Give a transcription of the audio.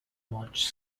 much